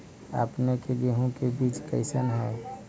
अपने के गेहूं के बीज कैसन है?